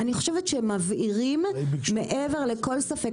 אני חושבת שהם מבהירים מעבר לכל ספק,